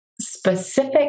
specific